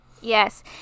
yes